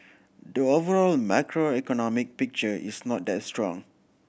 the overall macroeconomic picture is not that strong